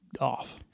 off